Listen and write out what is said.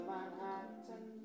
Manhattan